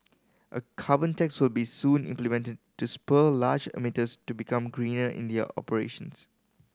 a carbon tax will be soon implemented to spur large emitters to become greener in their operations